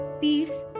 peace